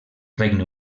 regne